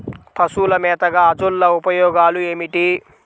పశువుల మేతగా అజొల్ల ఉపయోగాలు ఏమిటి?